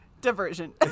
diversion